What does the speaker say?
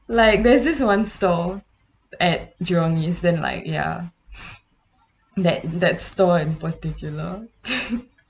like there's this one store at jurong east then like ya that that store in particular